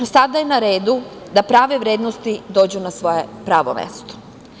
Sada je na redu da prave vrednosti dođu na svoje pravo mesto.